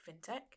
fintech